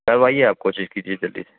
کروائیے آپ کوشش کیجیے جلدی سے